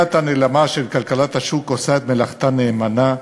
"היד הנעלמה" של כלכלת השוק עושה את מלאכתה נאמנה,